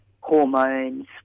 hormones